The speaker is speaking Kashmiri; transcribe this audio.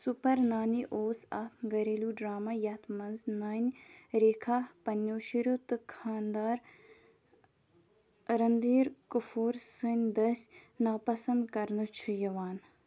سوٗپَر نانی اوس اَکھ گَھریلوٗ ڈرٛاما یَتھ منٛز نانہِ ریکھا پنٛنیو شُریو تہٕ خانٛدار رٔندھیٖر کٔفوٗر سٕنٛدۍ دٔسۍ نا پَسنٛد كرنہٕ چھُ یِوان